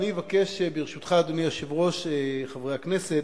אני אבקש, ברשותך, אדוני היושב-ראש, חברי הכנסת,